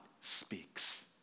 speaks